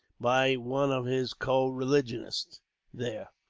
by one of his co-religionists there,